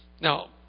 Now